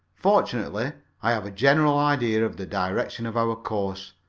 fortunately, i have a general idea of the direction of our course,